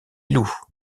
loups